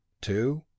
two